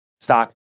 stock